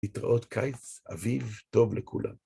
להתראות קיץ, אביב טוב לכולם.